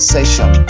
Session